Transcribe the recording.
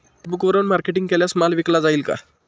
फेसबुकवरुन मार्केटिंग केल्यास माल विकला जाईल का?